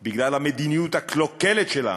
בגלל המדיניות הקלוקלת שלנו,